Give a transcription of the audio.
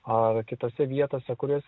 ar kitose vietose kurias